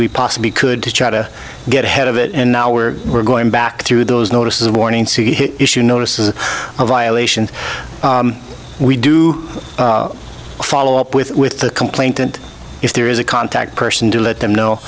we possibly could to try to get ahead of it and now we're we're going back through those notices warning issue notices of violations we do follow up with with the complaint and if there is a contact person to let them